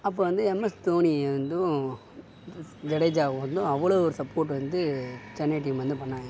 அப்போ வந்து M S தோனியை வந்தும் ஜடேஜா வந்தும் அவ்வளோ ஒரு சப்போர்ட் வந்து சென்னை டீம் வந்து பண்ணிணாங்க